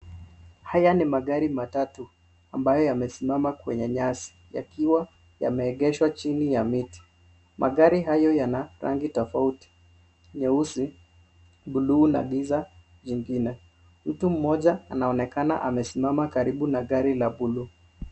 Haya ni magari matatu ambayo yamesimama kwenye nyasi, yakiwa yameegeshwa chini ya miti. Magari hayo yana rangi tofauti; nyeusi, blue na giza jingine. Mtu mmoja anaonekana amesimama karibu na gari la blue .